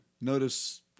notice